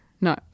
no